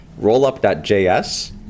Rollup.js